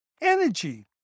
energy